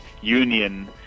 union